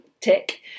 tick